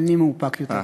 אני מאופק יותר.